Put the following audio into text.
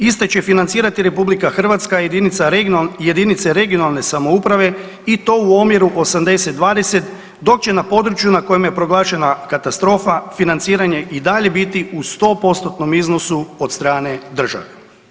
Iste će financirati RH, jedinice regionalne samouprave i to u omjeru 80-20, dok će na području na kojem je proglašena katastrofa financiranje i dalje biti u 100%-tnom iznosu od strane države.